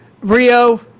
Rio